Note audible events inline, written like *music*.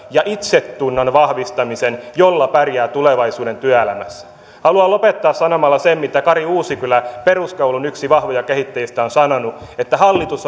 ja itsetunnon vahvistamisen joilla pärjää tulevaisuuden työelämässä haluan lopettaa sanomalla sen mitä kari uusikylä yksi peruskoulun vahvoista kehittäjistä on sanonut että hallitus *unintelligible*